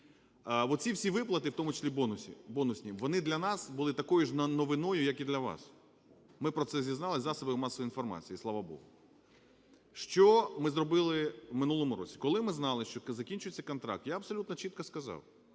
Оці всі виплати, в тому числібонусні, вони для нас були такою ж новиною, як і для нас. Ми про це дізнались із засобів масової інформації, слава Богу. Що ми зробили у минулому році? Коли ми знали, що закінчується контракт, я абсолютно чітко сказав: